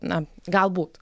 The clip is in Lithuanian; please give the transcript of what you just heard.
na galbūt